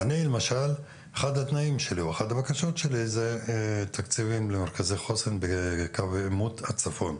אחת הבקשות שלי היא מתן תקציבים למרכזי חוסן בקו העימות בצפון,